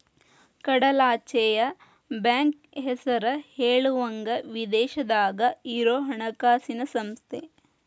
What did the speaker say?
ಕಡಲಾಚೆಯ ಬ್ಯಾಂಕ್ ಹೆಸರ ಹೇಳುವಂಗ ವಿದೇಶದಾಗ ಇರೊ ಹಣಕಾಸ ಸಂಸ್ಥೆ